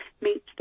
meet